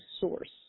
source